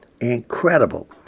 incredible